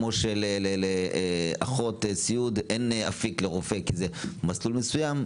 כמו שלאחות סיעוד אין אפיק לרופא כי זה מסלול מסוים,